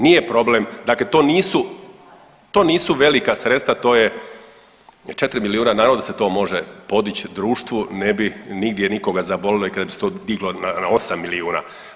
Nije problem, dakle to nisu, to nisu velika sredstva to je 4 milijuna naravno da se to može podići društvu ne bi nigdje nikoga zabolio i kada bi se to diglo na 8 milijuna.